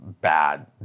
bad